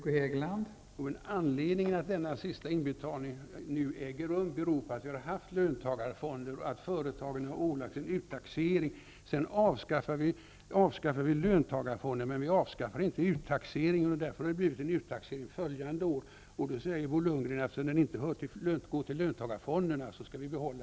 Fru talman! Anledningen till denna sista inbetalning är att vi har haft löntagarfonder och att företagen har ålagts att betala till dessa. Vi har avskaffat löntagarfonderna, men vi avskaffar inte uttaxeringen. Bo Lundgren motiverar den fortsatta uttaxeringen med att pengarna inte går till löntagarfonderna.